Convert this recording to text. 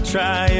Try